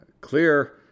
clear